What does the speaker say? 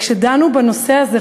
כשדנו בנושא הזה,